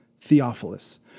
Theophilus